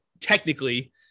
technically